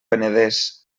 penedès